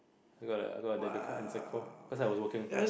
I got I got a debit card in Sec four cause I was working